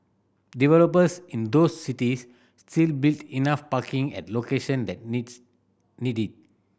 developers in those cities still build enough parking at location that needs need it